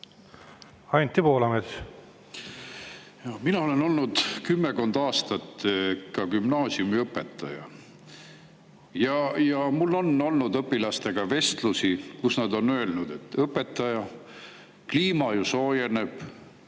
mõjutab? Mina olen olnud kümmekond aastat gümnaasiumiõpetaja ja mul on olnud õpilastega vestlusi. Nad on öelnud, et õpetaja, kliima ju soojeneb,